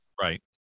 Right